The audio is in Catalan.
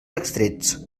extrets